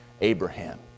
Abraham